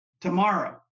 tomorrow